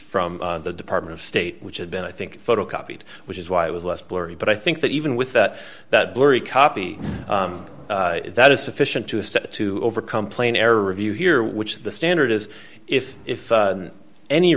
from the department of state which had been i think photocopied which is why it was less blurry but i think that even with that that blurry copy that is sufficient to a step to overcome plain error review here which the standard is if if any